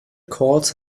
calls